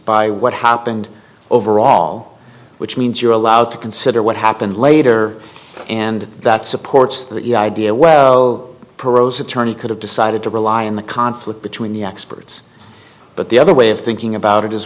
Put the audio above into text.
by what happened overall which means you're allowed to consider what happened later and that supports the idea well perot's attorney could have decided to rely on the conflict between the experts but the other way of thinking about it